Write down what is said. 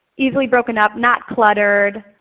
easily broken up, not cluttered,